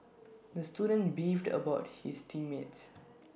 the student beefed about his team mates